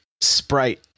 sprite